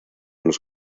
los